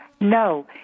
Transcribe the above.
No